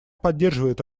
поддерживает